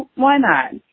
why not?